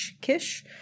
Kish